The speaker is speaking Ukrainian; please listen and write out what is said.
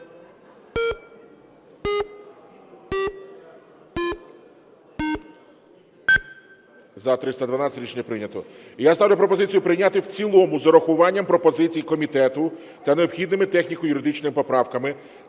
За-312 Рішення прийнято. Я ставлю пропозицію прийняти в цілому з урахуванням пропозицій комітету та необхідними техніко-юридичними поправками